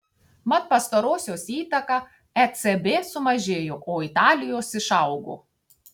mat pastarosios įtaka ecb sumažėjo o italijos išaugo